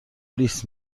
لیس